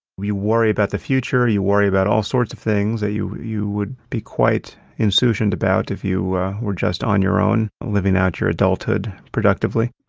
you worry about the future you worry about all sorts of things that you you would be quite insouciant about if you were just on your own living out your adulthood productively.